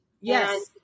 yes